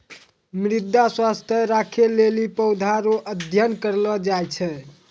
मृदा स्वास्थ्य राखै लेली पौधा रो अध्ययन करलो जाय छै